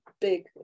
big